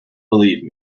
believe